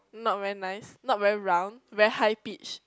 not very nice not very round very high pitch